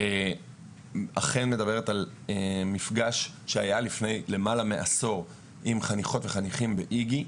אכן מדברת על מפגש שהיה למעלה מעשור של חניכים וחניכות באיג"י.